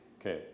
Okay